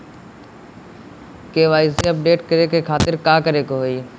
KYC update करे के खातिर का करे के होई?